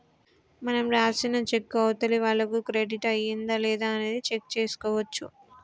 మనం రాసిన చెక్కు అవతలి వాళ్లకు క్రెడిట్ అయ్యిందా లేదా అనేది చెక్ చేసుకోవచ్చు